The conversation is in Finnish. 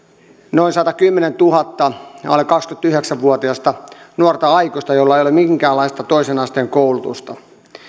noin sadallekymmenelletuhannelle alle kaksikymmentäyhdeksän vuotiasta nuorta aikuista joilla ei ole minkäänlaista toisen asteen koulutusta ja